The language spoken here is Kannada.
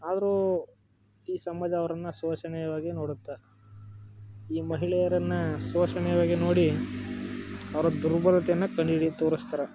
ಆದರೂ ಈ ಸಮಾಜ ಅವ್ರನ್ನು ಶೋಷಣೀಯವಾಗೆ ನೋಡುತ್ತೆ ಈ ಮಹಿಳೆಯರನ್ನು ಶೋಷಣೀಯವಾಗಿ ನೋಡಿ ಅವರ ದುರ್ಬಲತೆಯನ್ನು ಕಂಡುಹಿಡಿ ತೋರಿಸ್ತಾರೆ